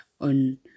on